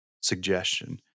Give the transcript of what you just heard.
suggestion